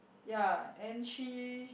ya and she